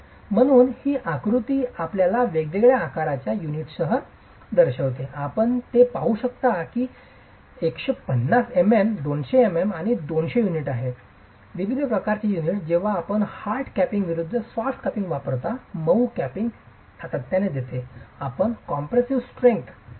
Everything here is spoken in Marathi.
म्हणून ही आकृती आपल्याला वेगवेगळ्या आकाराच्या युनिट्ससाठी दर्शविते आपण ते पाहू शकता की ते 150mm 200 mm आणि 200mm युनिट आहे विविध प्रकारचे युनिट्स जेव्हा आपण हार्ड कॅपिंग विरूद्ध सॉफ्ट कॅपिंग वापरता मऊ कॅपिंग सातत्याने देते आपण कॉम्प्रेसीव स्ट्रेंग्थचा कमी होते